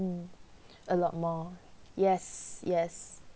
mm a lot more yes yes